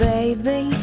Baby